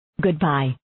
Goodbye